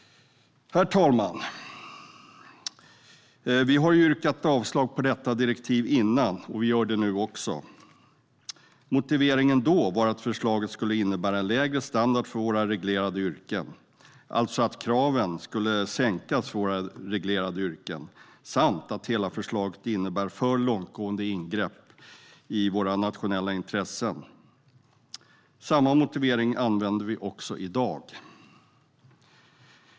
Herr talman! Vi har ju yrkat avslag på detta direktiv tidigare och vi gör det nu också. Motiveringen då var att förslaget skulle innebära en lägre standard för våra reglerade yrken, alltså att kraven skulle sänkas för våra reglerade yrken samt att hela förslaget innebär för långtgående ingrepp i nationella intressen. Vi använder samma motivering också i dag.